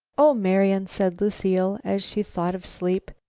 oh, marian, said lucile, as she thought of sleep,